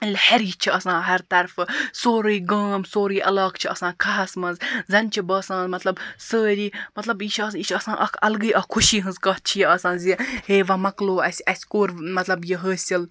لہر چھِ آسان ہر طرفہٕ سورُے گام سورُے علاقہٕ چھُ آسان کھَہَس مَنٛز زَن چھ باسان مَطلَب سٲری مطلب یہِ چھِ اَکھ یہِ چھِ آسان اکھ الگٕے اکھ خُشی ہٕنٛز کتھ چھِ یہِ آسان زِ ہے وۅنۍ مۅکلوو اَسہِ اَسہِ کوٚر مَطلَب یہِ حٲصِل